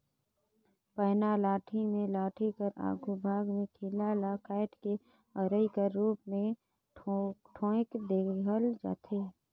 पैना लाठी मे लाठी कर आघु भाग मे खीला ल काएट के अरई कर रूप मे ठोएक देहल जाथे